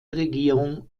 regierung